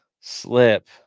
slip